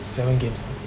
seven games ah